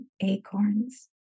acorns